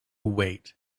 wait